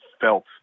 felt –